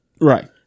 Right